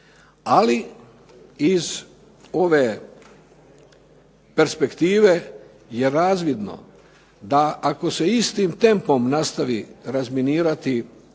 ali iz ove perspektive jer razvidno da ako se istim tempom nastavi razminirati